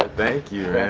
thank you,